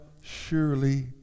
surely